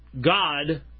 God